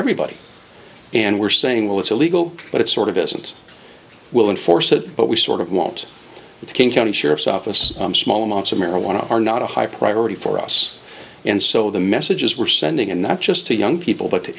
everybody and we're saying well it's illegal but it sort of isn't will enforce it but we sort of want the king county sheriff's office small amounts of marijuana are not a high priority for us and so the message is we're sending and not just to young people but to